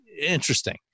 interesting